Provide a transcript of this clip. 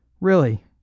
Really